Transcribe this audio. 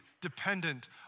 dependent